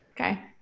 Okay